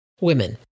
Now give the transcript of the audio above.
Women